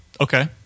Okay